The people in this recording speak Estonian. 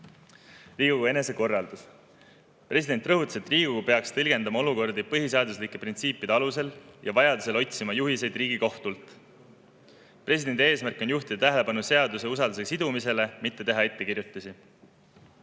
Riigikogu enesekorraldus. President rõhutas, et Riigikogu peaks tõlgendama olukordi põhiseaduslike printsiipide alusel ja vajadusel otsima juhiseid Riigikohtult. Presidendi eesmärk on juhtida tähelepanu seaduse usaldusega sidumisele, mitte teha ettekirjutusi.